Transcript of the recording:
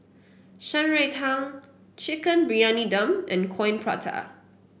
Shan Rui Tang Chicken Briyani Dum and Coin Prata